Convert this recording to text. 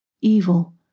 evil